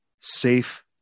safe